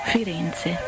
Firenze